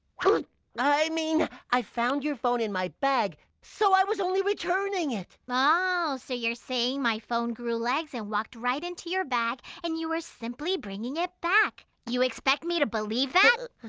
i mean. i. found your phone in my bag so i was only returning it. ah! so you're saying my phone grew legs and walked right into your bag and you were simply bringing it back? you expect me to believe that!